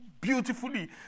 beautifully